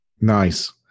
Nice